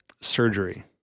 surgery